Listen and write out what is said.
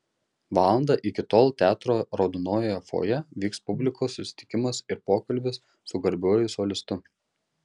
valandą iki tol teatro raudonojoje fojė vyks publikos susitikimas ir pokalbis su garbiuoju solistu